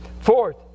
Fourth